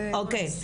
אוקי,